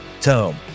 Tome